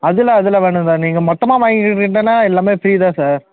அதெல்லாம் அதெல்லாம் பண்ண வேணால் நீங்கள் மொத்தமாக வாங்கி க்ளீன் பண்ணிங்கன்னால் எல்லாமே ஃப்ரீ தான் சார்